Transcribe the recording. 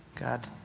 God